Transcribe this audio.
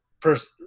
person